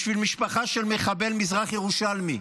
בשביל משפחה של מחבל מזרח ירושלמי,